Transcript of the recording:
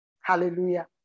hallelujah